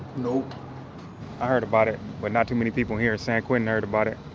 nope i heard about it, but not too many people here in san quentin heard about it.